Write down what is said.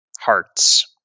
hearts